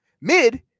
Mid